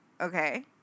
Okay